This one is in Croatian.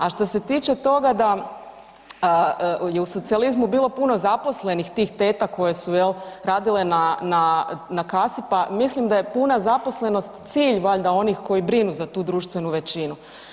A što se tiče toga da je u socijalizmu bilo puno zaposlenih tih teta koje su jel, radile na kasi pa mislim da je puna zaposlenost cilj valjda onih koji brinu za tu društvenu većinu.